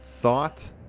Thought